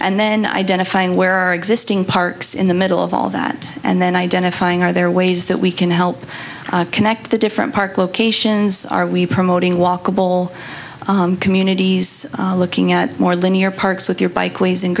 and then identifying where our existing parks in the middle of all that and then identifying are there ways that we can help connect the different park locations are we promoting walkable communities looking at more linear parks with your bike w